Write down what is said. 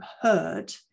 heard